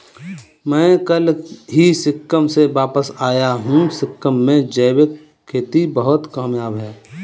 मैं कल ही सिक्किम से वापस आया हूं सिक्किम में जैविक खेती बहुत कामयाब है